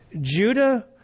Judah